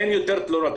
אין יותר תלונות.